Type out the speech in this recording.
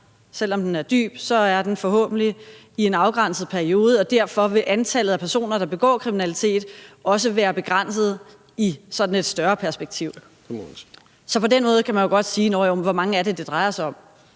selv om den er dyb, forhåbentlig strækker sig over en afgrænset periode, og derfor vil antallet af personer, der begår kriminalitet, også være begrænset i sådan et større perspektiv. Så på den måde kan man jo godt spørge: Hvor mange er det, det drejer sig om?